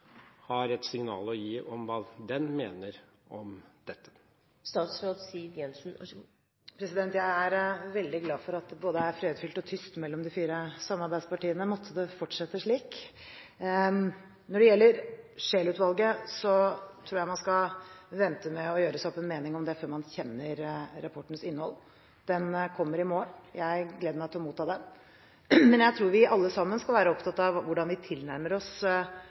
har et signal å gi om hva den mener om dette? Jeg er veldig glad for at det er både «fredfullt og tyst» mellom de fire samarbeidspartiene. Måtte det fortsette slik. Når det gjelder Scheel-utvalget, tror jeg man skal vente med å gjøre seg opp en mening om det før man kjenner rapportens innhold. Den kommer i morgen. Jeg gleder meg til å motta den, men jeg tror vi alle sammen skal være opptatt av hvordan vi tilnærmer oss